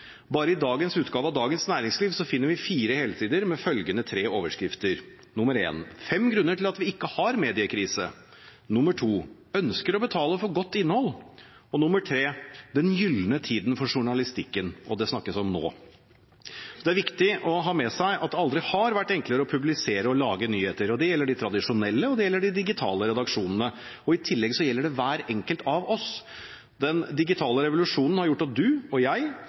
Bare i dagens utgave av Dagens Næringsliv finner vi fire helsider med følgende tre overskrifter: nr. én: «Fem grunner til at vi ikke har mediekrise», nr. to: «Vil betale for godt innhold», nr. tre: «Den gyldne tiden for journalistikken» – og det snakkes om nå. Det er viktig å ha med seg at det aldri har vært enklere å publisere og lage nyheter. Det gjelder de tradisjonelle, og det gjelder de digitale redaksjonene. I tillegg gjelder det hver enkelt av oss. Den digitale revolusjonen har gjort at du og jeg